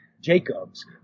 Jacobs